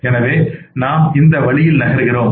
எனவே நாம் இந்த வழியில் நகர்கிறோம்